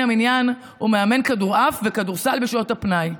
המניין ומאמן כדורעף וכדורסל בשעות הפנאי.